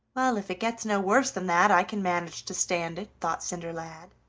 well, if it gets no worse than that, i can manage to stand it, thought cinderlad.